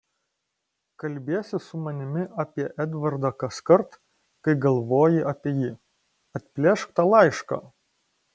kalbiesi su manimi apie edvardą kaskart kai galvoji apie jį atplėšk tą laišką